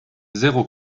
zéro